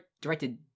Directed